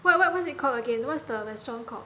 what what what's it called again what's the restaurant called